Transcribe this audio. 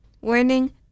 Warning